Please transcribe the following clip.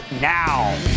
now